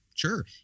Sure